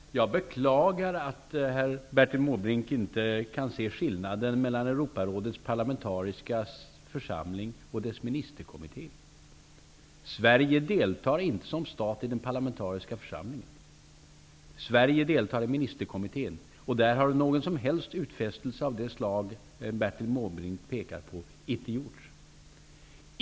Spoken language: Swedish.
Fru talman! Jag beklagar att Bertil Måbrink inte kan se skillnaden mellan Europarådets parlamentariska församling och dess ministerkommitté. Sverige deltar inte som stat i den parlamentariska församlingen. Sverige deltar i ministerkommittén, och där har inte någon som helst utfästelse av det slag som Bertil Måbrink nämner gjorts.